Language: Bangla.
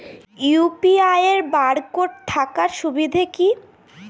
ইউ.পি.আই এর বারকোড থাকার সুবিধে কি?